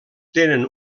tenen